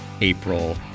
April